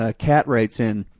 ah cat writes in,